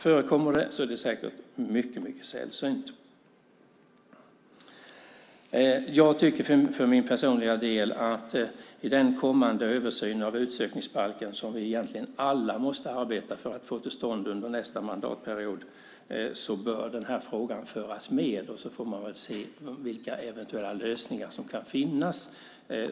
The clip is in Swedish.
Förekommer det är det säkert mycket sällsynt. Jag tycker för min personliga del att i den kommande översyn av utsökningsbalken, som vi egentligen alla måste arbeta för att få till stånd under nästa mandatperiod, bör den här frågan föras med. Sedan får man se vilka eventuella lösningar som kan finnas.